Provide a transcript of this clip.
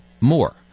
more